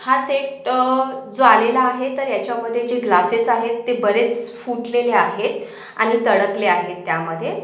हा सेट जो आलेला आहे तर याच्यामधे जे ग्लासेस आहेत ते बरेच फुटलेले आहेत आणि तडकले आहेत त्यामधे